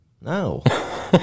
no